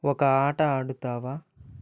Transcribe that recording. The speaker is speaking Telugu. ఒక ఆట ఆడుతావా